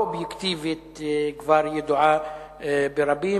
הלא-אובייקטיבית כבר ידועה ברבים.